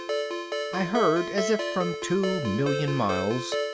i heard as if from two million miles,